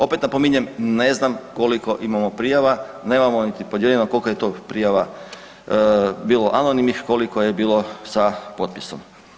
Opet napominjem, ne znam koliko imamo prijava, nemamo niti podijeljeno koliko je to prijava bilo anonimnih, koliko je bilo sa potpisom.